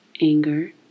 Anger